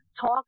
talk